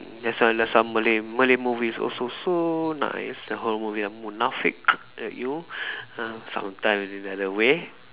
like some like some Malay Malay movies also so nice that horror movie ah munafik at you uh sometimes in other way